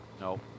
No